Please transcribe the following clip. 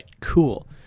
cool